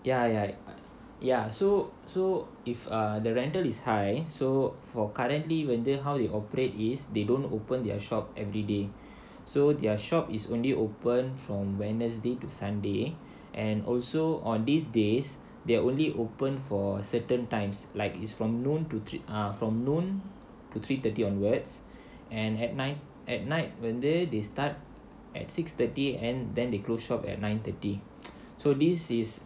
ya ya ya so so if uh the rental is high so for currently when they how they operate is they don't open their shop every day so their shop is only open from wednesday to sunday and also on these days they only open for certain times like is from noon to three~ ah from noon to three thirty onwards and at night at night when they they start at six thirty and then they close shop at nine thirty so this is